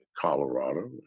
Colorado